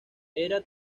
era